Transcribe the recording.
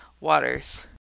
waters